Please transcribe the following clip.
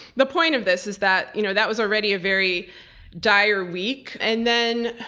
the point of this is that you know that was already a very dire week. and then,